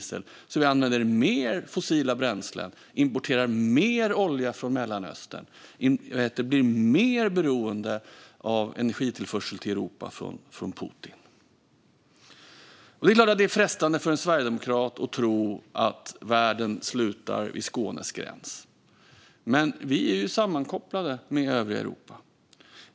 Det skulle göra att vi använder mer fossila bränslen och importerar mer olja från Mellanöstern och gör oss mer beroende av energitillförsel till Europa från Putin. Det är klart att det är frestande för en sverigedemokrat att tro att världen slutar vid Skånes gräns. Men vi är sammankopplade med övriga Europa.